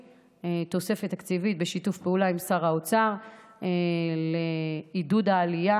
תוספת תקציבית בשיתוף פעולה עם שר האוצר לעידוד העלייה.